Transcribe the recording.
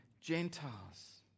Gentiles